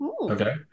Okay